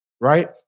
Right